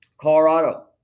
Colorado